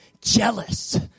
jealous